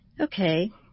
okay